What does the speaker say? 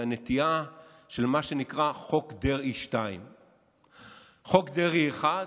הנטיעה של מה שנקרא חוק דרעי 2. חוק דרעי 1,